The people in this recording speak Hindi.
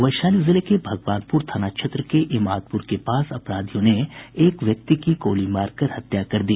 वैशाली जिले के भगवानपुर थाना क्षेत्र के इमादपुर के पास अपराधियों ने एक व्यक्ति की गोली मारकर हत्या कर दी